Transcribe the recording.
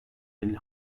elli